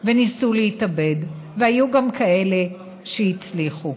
וניסו להתאבד, והיו גם כאלה שהצליחו.